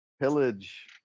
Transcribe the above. pillage